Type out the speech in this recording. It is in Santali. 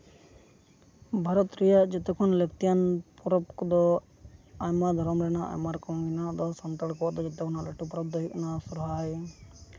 ᱵᱷᱟᱨᱚᱛ ᱨᱮᱭᱟᱜ ᱡᱚᱛᱚ ᱠᱷᱚᱱ ᱞᱟᱹᱠᱛᱤᱭᱟᱱ ᱯᱚᱨᱚᱵᱽ ᱠᱚᱫᱚ ᱟᱭᱢᱟ ᱫᱷᱚᱨᱚᱢ ᱨᱮᱱᱟᱜ ᱟᱭᱢᱟ ᱨᱚᱠᱚᱢ ᱢᱮᱱᱟᱜᱼᱟ ᱥᱟᱱᱛᱟᱲ ᱠᱚᱣᱟ ᱫᱚ ᱡᱚᱛᱚ ᱠᱷᱚᱱᱟ ᱞᱟᱹᱴᱩ ᱯᱚᱨᱚᱵᱽ ᱫᱚ ᱦᱩᱭᱩᱜ ᱠᱟᱱᱟ ᱥᱚᱦᱨᱟᱭ